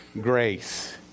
Grace